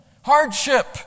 Hardship